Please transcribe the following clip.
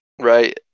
right